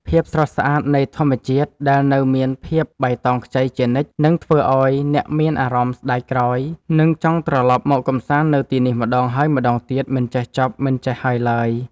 ភាពស្រស់ស្អាតនៃធម្មជាតិដែលនៅមានភាពបៃតងខ្ចីជានិច្ចនឹងធ្វើឱ្យអ្នកមានអារម្មណ៍ស្ដាយក្រោយ និង ចង់ត្រឡប់មកកម្សាន្តនៅទីនេះម្ដងហើយម្ដងទៀតមិនចេះចប់មិនចេះហើយឡើយ។